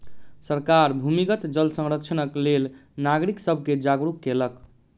सरकार भूमिगत जल संरक्षणक लेल नागरिक सब के जागरूक केलक